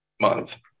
month